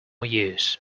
use